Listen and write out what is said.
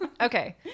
Okay